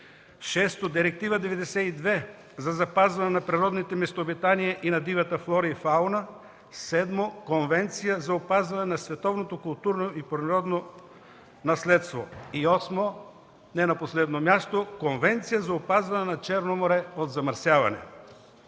6. Директива № 92 за запазване на природните местообитания и на дивата флора и фауна. 7. Конвенция за опазване на световното културно и природно наследство. 8. Не на последно място – Конвенция за опазване на Черно море от замърсяване.